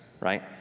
right